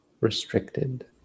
Restricted